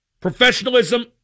professionalism